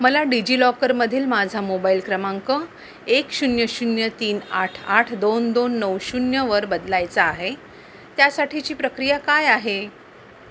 मला डिजिलॉकरमधील माझा मोबाईल क्रमांक एक शून्य शून्य तीन आठ आठ दोन दोन नऊ शून्यवर बदलायचा आहे त्यासाठीची प्रक्रिया काय आहे